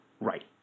right